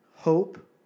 Hope